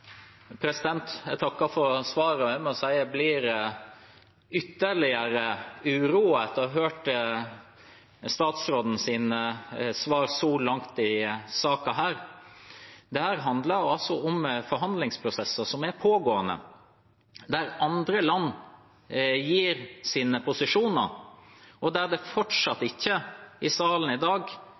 Jeg takker for svaret. Jeg må si jeg blir ytterligere uroet av å ha hørt statsrådens svar så langt i saken. Dette handler om pågående forhandlingsprosesser, der andre land gir sine posisjoner, og der det i salen i dag fortsatt ikke